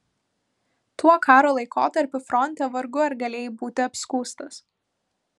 tuo karo laikotarpiu fronte vargu ar galėjai būti apskųstas